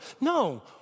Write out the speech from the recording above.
no